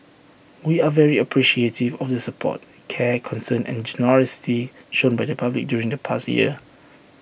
we are very appreciative of the support care concern and generosity shown by the public during the past year